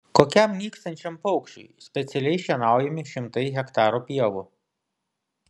kokiam nykstančiam paukščiui specialiai šienaujami šimtai hektarų pievų